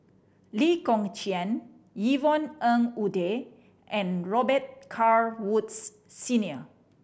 Lee Kong Chian Yvonne Ng Uhde and Robet Carr Woods Senior